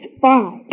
five